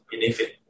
benefit